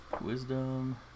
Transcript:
Wisdom